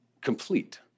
Complete